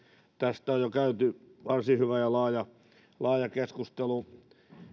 tästä on jo käyty varsin hyvä ja laaja laaja keskustelu